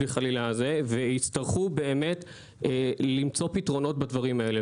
ויצטרכו באמת למצוא פתרונות בהקשר הזה.